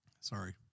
sorry